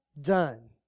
done